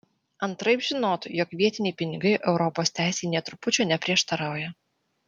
antraip žinotų jog vietiniai pinigai europos teisei nė trupučio neprieštarauja